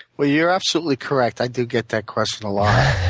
well, you're absolutely correct. i do get that question a lot.